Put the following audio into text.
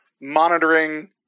Monitoring